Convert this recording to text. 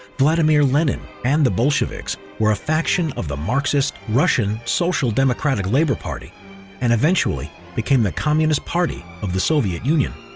vladimir lenin and the bolsheviks were a faction of the marxist russian social democratic labour party and eventually became the communist party of the soviet union.